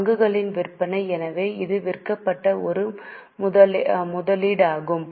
பங்குகளின் விற்பனை எனவே இது விற்கப்பட்ட ஒரு முதலீடாகும்